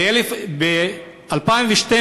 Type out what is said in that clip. וב-2012,